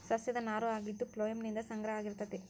ಸಸ್ಯದ ನಾರು ಆಗಿದ್ದು ಪ್ಲೋಯಮ್ ನಿಂದ ಸಂಗ್ರಹ ಆಗಿರತತಿ